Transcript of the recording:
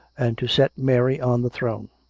and to set mary on the throne.